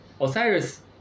Osiris